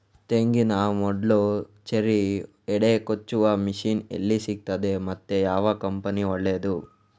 ತೆಂಗಿನ ಮೊಡ್ಲು, ಚೇರಿ, ಹೆಡೆ ಕೊಚ್ಚುವ ಮಷೀನ್ ಎಲ್ಲಿ ಸಿಕ್ತಾದೆ ಮತ್ತೆ ಯಾವ ಕಂಪನಿ ಒಳ್ಳೆದು?